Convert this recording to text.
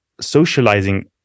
socializing